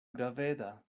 graveda